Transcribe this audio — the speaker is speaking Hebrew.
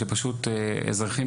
פשוט אזרחים